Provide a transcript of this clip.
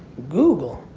google.